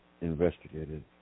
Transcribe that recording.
investigated